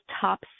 top